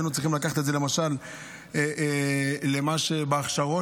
היינו צריכים לקחת את זה למשל למה שבהכשרות,